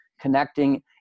connecting